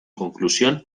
conclusión